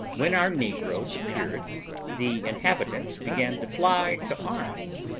when our negroes appeared the inhabitants began to fly to arms,